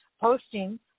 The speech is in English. posting